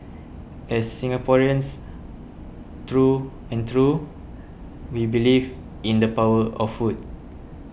as Singaporeans through and through we believe in the power of food